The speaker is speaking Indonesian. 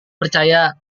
percaya